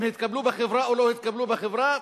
אם הם התקבלו בחברה או לא התקבלו בחברה.